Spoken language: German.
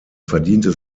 verdiente